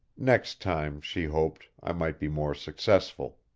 next time, she hoped, i might be more successful.